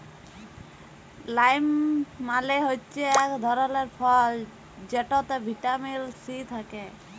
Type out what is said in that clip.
lime মালে হচ্যে ইক ধরলের ফল যেটতে ভিটামিল সি থ্যাকে